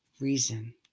reason